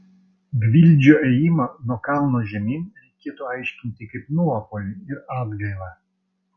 gvildžio ėjimą nuo kalno žemyn reikėtų aiškinti kaip nuopuolį ir atgailą